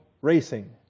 racing